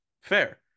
fair